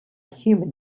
human